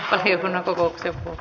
keskustelua ei syntynyt